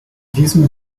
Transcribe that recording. diesem